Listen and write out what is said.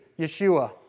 Yeshua